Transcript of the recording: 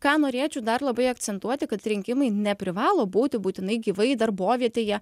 ką norėčiau dar labai akcentuoti kad rinkimai neprivalo būti būtinai gyvai darbovietėje